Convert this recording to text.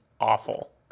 awful